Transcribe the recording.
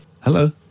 Hello